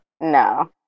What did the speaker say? No